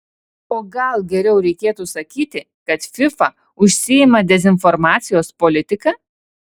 o gal geriau reikėtų sakyti kad fifa užsiima dezinformacijos politika